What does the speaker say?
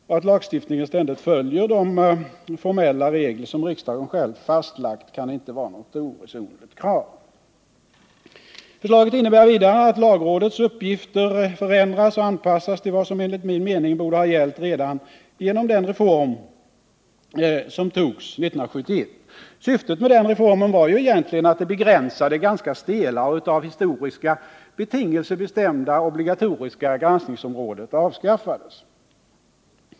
Och att lagstiftningen ständigt följer de formella regler som riksdagen själv fastlagt kan inte vara något oresonligt krav. Förslaget innebär vidare att lagrådets uppgifter förändras och anpassas till vad som enligt min mening borde ha gällt redan genom den reform som togs 1971. Syftet med den reformen var egentligen att det begränsade, ganska stela och av historiska betingelser bestämda obligatoriska granskningsområdet avskaffades.